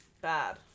bad